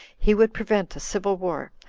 he would prevent a civil war,